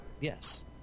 Yes